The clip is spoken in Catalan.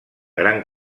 gran